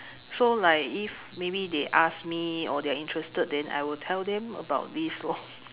so like if maybe they ask me or they're interested then I will tell them about this lor